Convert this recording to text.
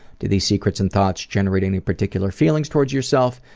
do these secrets and thoughts generate any particular feelings toward yourself?